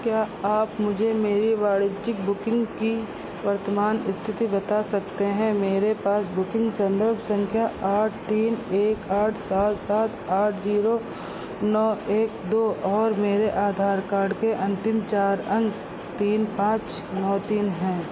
क्या आप मुझे मेरी वाणिज्यिक बुकिंग की वर्तमान स्थिति बता सकते हैं मेरे पास बुकिंग संदर्भ संख्या आठ तीन एक आठ सात सात आठ जीरो नौ एक दो और मेरे आधार कार्ड के अंतिम चार अंक तीन पाँच नौ तीन हैं